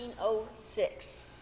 1906